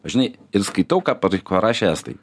žinai ir skaitau ką pariko rašė estai